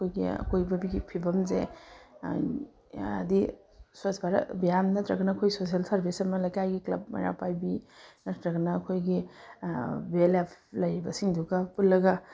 ꯑꯩꯈꯣꯏꯒꯤ ꯑꯀꯣꯏꯕꯒꯤ ꯐꯤꯚꯝꯁꯦ ꯑꯗꯤ ꯁ꯭ꯋꯥꯁ ꯚꯥꯔꯠ ꯑꯕꯤꯌꯥꯟ ꯅꯠꯇ꯭ꯔꯒꯅ ꯑꯩꯈꯣꯏ ꯁꯣꯁꯤꯌꯦꯜ ꯁꯥꯔꯕꯤꯁ ꯑꯃ ꯂꯩꯀꯥꯏꯒꯤ ꯀꯂꯕ ꯃꯩꯔꯥ ꯄꯥꯏꯕꯤ ꯅꯠꯇ꯭ꯔꯒꯅ ꯑꯩꯈꯣꯏꯒꯤ ꯕꯤ ꯑꯦꯜ ꯑꯦꯐ ꯂꯩꯔꯤꯕꯁꯤꯡꯗꯨꯒ ꯄꯨꯜꯂꯒ